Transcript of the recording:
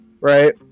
Right